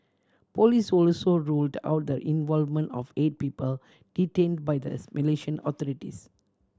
police also ruled out the involvement of eight people detain by the Malaysian authorities